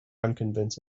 unconvincing